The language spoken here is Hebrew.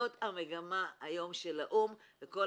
זאת המגמה היום של האו"ם וכל